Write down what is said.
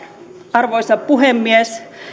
arvoisa puhemies